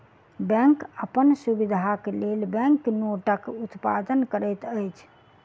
bank अपन सुविधाक लेल बैंक नोटक उत्पादन करैत अछि